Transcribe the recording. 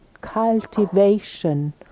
cultivation